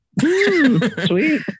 Sweet